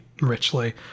richly